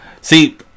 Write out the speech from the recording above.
See